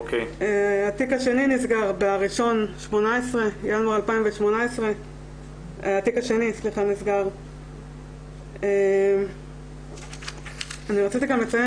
התיק השני נסגר בינואר 2018. רציתי גם לציין